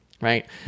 Right